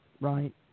right